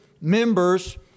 members